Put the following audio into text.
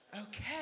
Okay